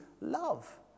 love